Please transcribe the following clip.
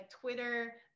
Twitter